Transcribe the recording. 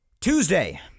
Tuesday